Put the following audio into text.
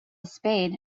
spade